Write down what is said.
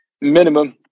Minimum